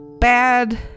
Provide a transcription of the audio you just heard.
Bad